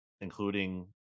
including